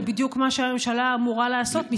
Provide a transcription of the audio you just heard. זה בדיוק מה שהממשלה אמורה לעשות.